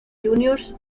juniors